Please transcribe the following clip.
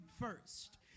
first